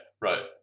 right